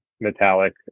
metallic